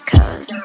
Cause